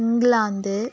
England